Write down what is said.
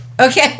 Okay